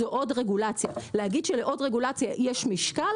זו עוד רגולציה, להגיד שלעוד רגולציה יש משקל?